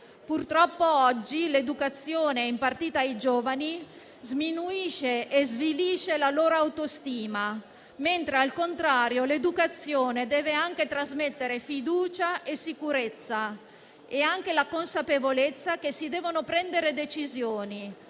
Purtroppo, oggi l'educazione impartita ai giovani sminuisce e svilisce la loro autostima, mentre, al contrario, essa deve trasmettere fiducia, sicurezza e anche la consapevolezza che si devono prendere decisioni